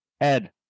Ed